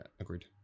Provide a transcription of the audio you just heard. agreed